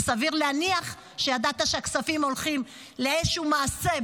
וסביר להניח שידעת שהכספים הולכים לאיזשהו מעשה,